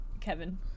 Kevin